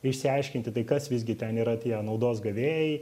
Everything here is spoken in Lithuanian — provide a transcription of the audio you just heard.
išsiaiškinti tai kas visgi ten yra tie naudos gavėjai